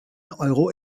euro